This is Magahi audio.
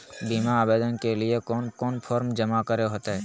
बीमा आवेदन के लिए कोन कोन फॉर्म जमा करें होते